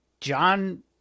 john